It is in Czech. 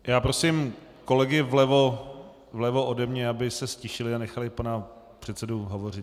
Já prosím kolegy vlevo ode mne, aby se ztišili a nechali pana předsedu hovořit.